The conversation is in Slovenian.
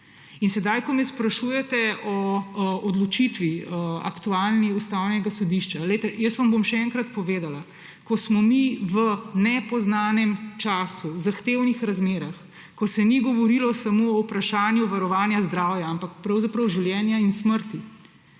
me sedaj sprašujete o aktualni odločitvi Ustavnega sodišča. Jaz vam bom še enkrat povedala. Ko smo mi v nepoznanem času, v zahtevnih razmerah, ko se ni govorilo samo o vprašanju varovanja zdravja, ampak pravzaprav življenja in smrti,